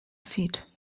feet